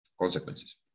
consequences